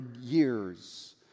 years